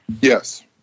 Yes